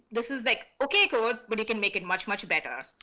this is like okay code, but he can make it much much better.